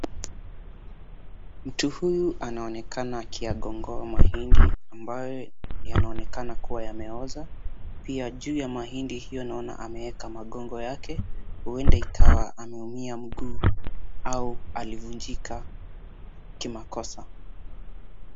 Mtu huyu anaonekana akiyagongoa mahindi ambayo yanaonekana kuwa yameoza. Pia juu ya mahindi hiyo naona ameweka magongo yake huenda ikawa ameuma mguu au alivunjika kimakosa.